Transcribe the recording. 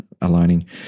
aligning